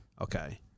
Okay